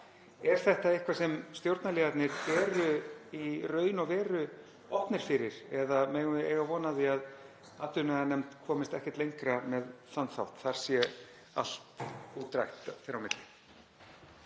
Er þetta eitthvað sem stjórnarliðarnir eru í raun og veru opnir fyrir eða megum við eiga von á því að atvinnuveganefnd komist ekkert lengra með þann þátt, þar sé allt útrætt þeirra á milli?